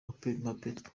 mobeto